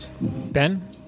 Ben